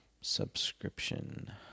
Subscription